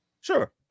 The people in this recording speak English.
Sure